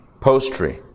post-tree